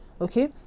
okay